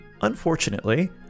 Unfortunately